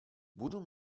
budu